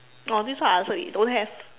oh this one I answer already don't have